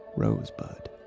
rosebud.